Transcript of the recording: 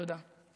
תודה.